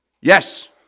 Yes